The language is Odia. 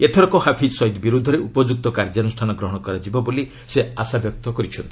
ଏଥରକ ହାଫିଜ୍ ସଇଦ ବିରୁଦ୍ଧରେ ଉପଯୁକ୍ତ କାର୍ଯ୍ୟାନୁଷ୍ଠାନ ଗ୍ରହଣ କରାଯିବ ବୋଲି ସେ ଆଶାବ୍ୟକ୍ତ କରିଛନ୍ତି